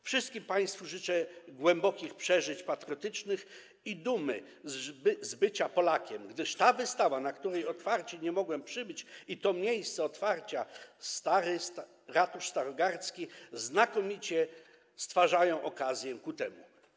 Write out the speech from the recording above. Wszystkim państwu życzę głębokich przeżyć patriotycznych i dumy z bycia Polakiem, gdyż ta wystawa, na której otwarcie nie mogłem przybyć, i to miejsce otwarcia, stary ratusz starogardzki, stwarzają znakomitą okazję ku temu.